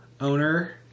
owner